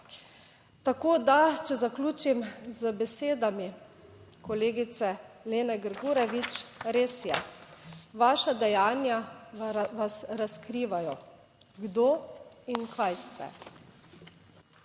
Tako da, če zaključim z besedami kolegice Lene Grgurevič, res je, vaša dejanja vas razkrivajo, kdo in kaj ste.